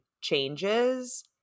changes